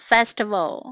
Festival